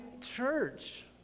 church